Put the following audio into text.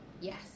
Yes